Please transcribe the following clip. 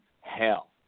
hell